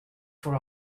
for